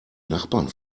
nachbarn